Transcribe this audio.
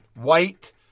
White